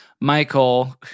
Michael